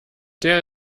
der